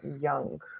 young